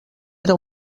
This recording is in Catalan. era